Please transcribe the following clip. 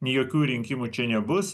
nei jokių rinkimų čia nebus